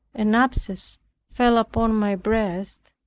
an abscess fell upon my breast,